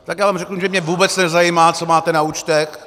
Tak já vám řeknu, že mě vůbec nezajímá, co máte na účtech.